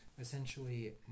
essentially